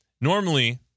normally